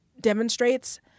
demonstrates